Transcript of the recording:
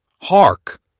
Hark